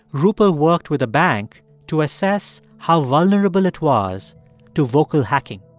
rupal worked with a bank to assess how vulnerable it was to vocal hacking